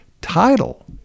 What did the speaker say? title